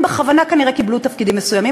בכוונה כנראה קיבלו תפקידים מסוימים,